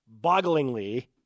bogglingly